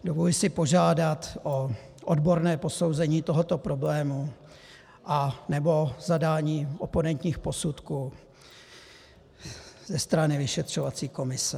Dovoluji si požádat o odborné posouzení tohoto problému a nebo zadání oponentních posudků ze strany vyšetřovací komise.